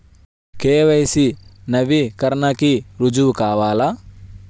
KYC నవీకరణకి రుజువు కావాలా?